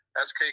SK